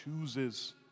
chooses